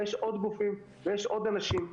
ויש עוד גופים ויש עוד אנשים.